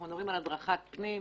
אנחנו מדברים על הדרכת פנים.